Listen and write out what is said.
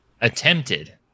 Attempted